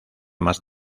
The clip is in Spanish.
más